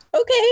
Okay